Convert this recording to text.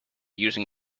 using